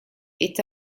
est